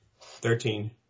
thirteen